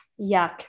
yuck